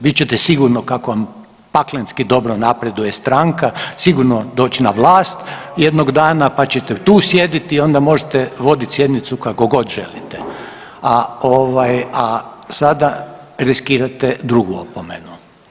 Vi ćete sigurno kako vam paklenski dobro napreduje stranka sigurno doći na vlast jednoga dana pa ćete tu sjediti i onda možete voditi sjednicu kako god želite, a sada riskirate drugu opomenu.